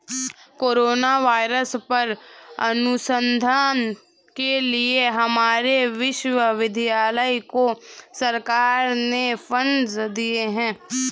corona virus पर अनुसंधान के लिए हमारे विश्वविद्यालय को सरकार ने फंडस दिए हैं